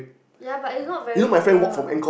ya but it's not very near